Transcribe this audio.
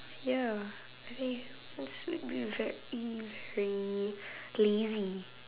ya I think humans would be very very lazy